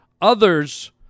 others